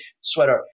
sweater